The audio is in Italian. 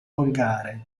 volgare